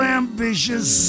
ambitious